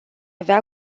avea